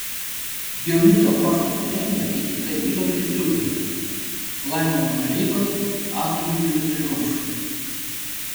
dionizo poškos premija įteikta vytautui stulpinui laimono noreikos aktoriui vytautui rumšui